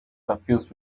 suffused